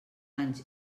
anys